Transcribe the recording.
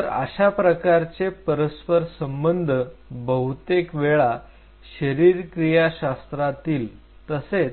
तर अशा प्रकारचे परस्पर संबंध बहुतेक वेळा शरीरक्रियाशास्त्रातील तसेच